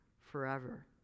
forever